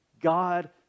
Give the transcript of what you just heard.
God